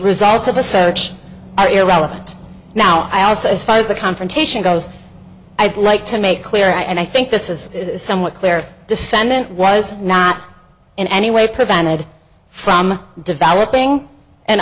results of a search are irrelevant now i os as far as the confrontation goes i'd like to make clear and i think this is somewhat clear defendant was not in any way prevented from developing an